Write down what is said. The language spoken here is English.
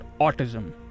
autism